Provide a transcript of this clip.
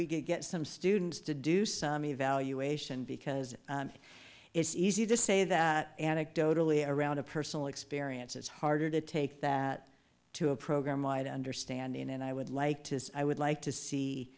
we get some students to do some evaluation because it's easy to say that anecdotally around a personal experience it's harder to take that to a program wide understanding and i would like to i would like to see